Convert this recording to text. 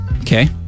Okay